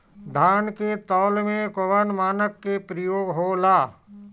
धान के तौल में कवन मानक के प्रयोग हो ला?